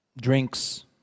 drinks